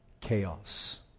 chaos